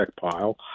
pile